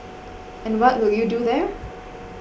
and what will you do there